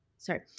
Sorry